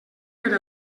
per